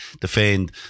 defend